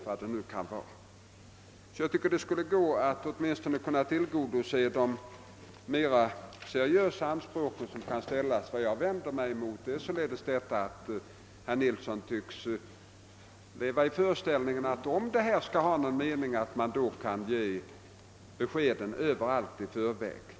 Man skulle alltså på det sätt utskottet tänkt sig kunna tillgodose åtminstone de mera seriösa anspråk som kan ställas. Vad jag vänder mig mot är det förhållandet att herr Nilsson i Tvärålund tycks leva i den föreställningen att man, för att det skall vara någon mening med det hela, överallt måste lämna beskeden i förväg.